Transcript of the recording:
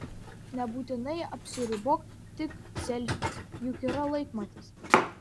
nebūtinai apsiribok tik selfiais juk yra laikmatis